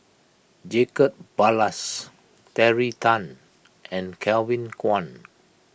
Jacob Ballas Terry Tan and Kevin Kwan